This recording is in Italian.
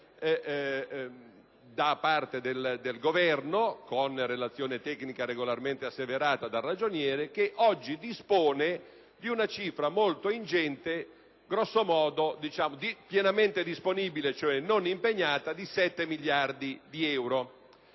da parte del Governo, con relazione tecnica regolarmente asseverata dal Ragioniere, che oggi dispone di una cifra molto ingente e pienamente disponibile (cioè non impegnata) di circa 7 miliardi di euro.